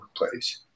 workplace